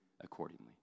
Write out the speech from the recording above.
accordingly